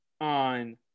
on